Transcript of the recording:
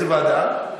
איזו ועדה?